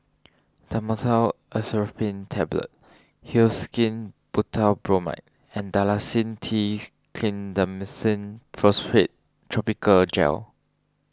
Dhamotil Atropine Tablets Hyoscine Butylbromide and Dalacin T Clindamycin Phosphate Topical Gel